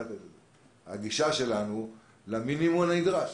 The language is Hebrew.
הגישה שלנו היא למינימום הנדרש.